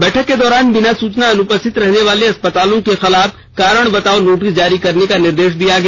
बैठक के दौरान बिना सूचना अनुपस्थित रहने वाले अस्पतालों के खिलाफ कारण बताओ नोटिस जारी करने का निर्देश दिया गया